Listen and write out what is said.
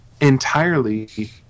entirely